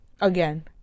again